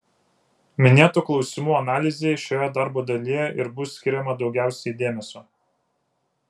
minėtų klausimų analizei šioje darbo dalyje ir bus skiriama daugiausiai dėmesio